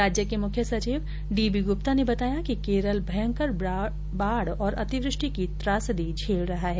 राज्य के मुख्य सचिव डीबी गुप्ता ने बताया कि केरल भयंकर बाढ़ और अतिवृष्टि की त्रासदी झेल रहा है